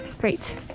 great